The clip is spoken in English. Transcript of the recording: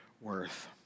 worth